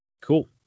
cool